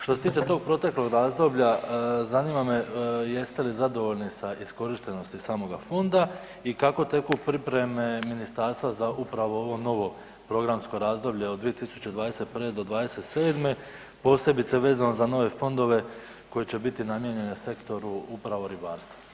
Što se tiče tog proteklog razdoblja zanima me jeste li zadovoljni sa iskorištenosti samoga fonda i kako teku pripreme ministarstva za upravo ovo novo programsko razdoblje od 2021. do '27. posebice vezano za nove fondove koji će biti namijenjeni sektoru upravo ribarstva.